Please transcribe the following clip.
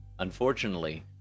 unfortunately